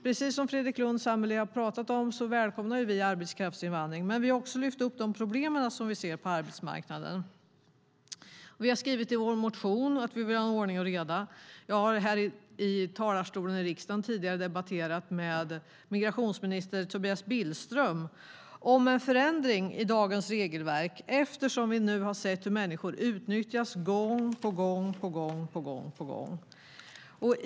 Precis som Fredrik Lundh Sammeli har talat om välkomnar vi arbetskraftsinvandring, men vi har också lyft upp de problem vi ser på arbetsmarknaden. Vi har skrivit i vår motion att vi vill ha ordning och reda. Jag har här i talarstolen i riksdagen tidigare debatterat med migrationsminister Tobias Billström om en förändring i dagens regelverk eftersom vi nu har sett hur människor utnyttjas gång på gång, och gång på gång.